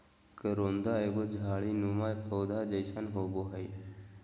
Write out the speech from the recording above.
करोंदा एगो झाड़ी नुमा पौधा जैसन होबो हइ